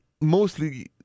mostly